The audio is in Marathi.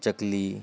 चकली